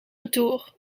retour